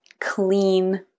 clean